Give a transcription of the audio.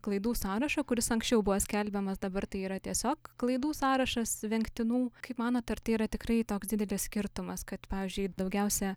klaidų sąrašo kuris anksčiau buvo skelbiamas dabar tai yra tiesiog klaidų sąrašas vengtinų kaip manot ar tai yra tikrai toks didelis skirtumas kad pavyzdžiui daugiausia